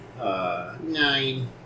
Nine